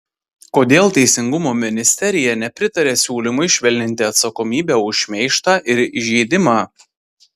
kodėl teisingumo ministerija nepritaria siūlymui švelninti atsakomybę už šmeižtą ir įžeidimą